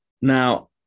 Now